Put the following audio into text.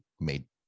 made